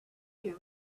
you